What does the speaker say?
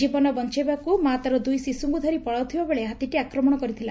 ଜୀବନ ବଞାଇବାକୁ ମା' ତାର ଦୁଇ ଶିଶୁଙ୍ଙୁ ଧରି ପଳାଉଥିବାବେଳେ ହାତୀଟି ଆକ୍ରମଣ କରିଥିଲା